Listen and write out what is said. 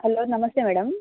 hello namaste madam